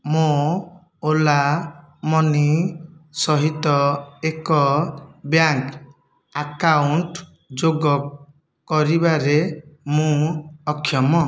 ମୋ Ola Money ସହିତ ଏକ ବ୍ୟାଙ୍କ୍ ଆକାଉଣ୍ଟ ଯୋଗ କରିବାରେ ମୁଁ ଅକ୍ଷମ